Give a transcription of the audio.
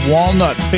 Walnut